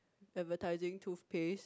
advertising toothpaste